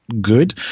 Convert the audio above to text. good